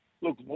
look